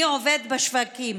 אני עובד בשווקים.